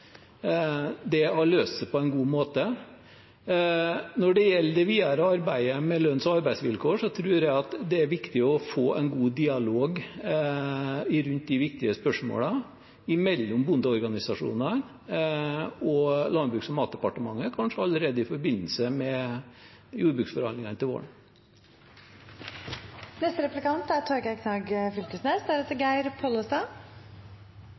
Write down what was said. Det har løst seg på en god måte. Når det gjelder det videre arbeidet med lønns- og arbeidsvilkår, tror jeg det er viktig å få en god dialog rundt de viktige spørsmålene mellom bondeorganisasjonene og Landbruks- og matdepartementet, kanskje allerede i forbindelse med jordbruksforhandlingene